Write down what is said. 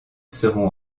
seront